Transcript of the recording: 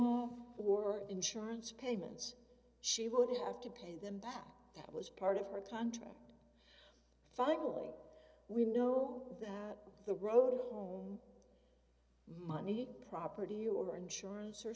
poor insurance payments she would have to pay them back that was part of her country and finally we know that the road home money property your insurance or